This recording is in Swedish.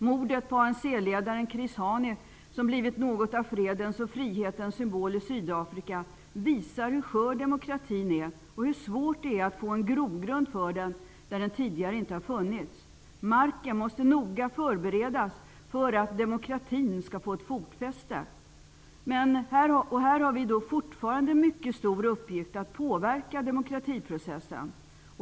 Mordet på ANC-ledaren Chris Hani, som blivit något av fredens och frihetens symbol i Sydafrika, visar hur skör demokratin är och hur svårt det är att få en grogrund för den där den tidigare inte funnits. Marken måste noga förberedas för att demokratin skall få ett fotfäste. Här har vi fortfarande en mycket stor uppgift att påverka demokratiprocessen.